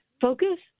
focus